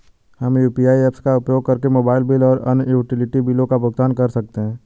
हम UPI apps का उपयोग करके मोबाइल बिल और अन्य यूटिलिटी बिलों का भुगतान कर सकते हैं